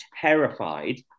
terrified